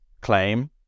claim